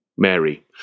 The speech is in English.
Mary